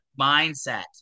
mindset